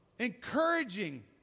encouraging